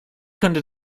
könnte